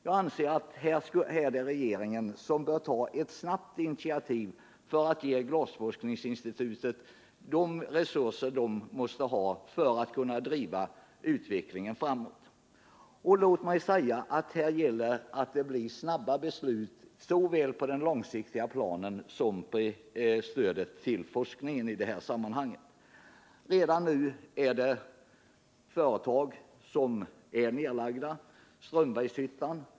Jag anser att regeringen bör ta ett snabbt initiativ för att ge Glasforskningsinstitutet de resurser institutet måste ha för att kunna driva utvecklingen framåt. Låt mig säga att här behövs snabba beslut när det gäller såväl den långsiktiga planen som stödet till forskningen. Redan nu är det företag som lagts ned,t.ex. Strömbergshyttan.